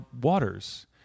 waters